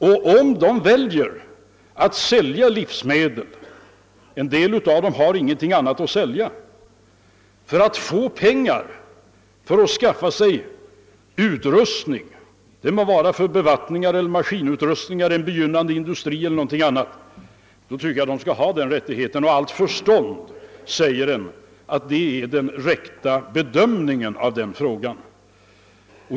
Och om de väljer att sälja livsmedel — en del av dem har ingenting annat att sälja — för att få pengar till utrustning för bevattningsanläggningar, en begynnande industri eller någonting annat, tycker jag att de skall ha rättighet att göra det valet. Och allt förstånd säger, att detta är den rätta bedömningen.